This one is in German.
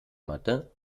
matte